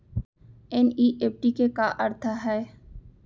NEFT के का अर्थ है?